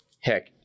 heck